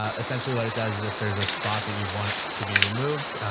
ah essentially what it does is if there's a spot that you want to be removed,